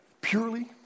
Purely